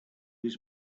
his